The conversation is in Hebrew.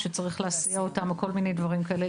שצריך להסיע אותם או כל מיני דברים כאלה.